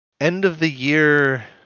end-of-the-year